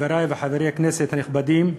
חברי וחברי הכנסת הנכבדים,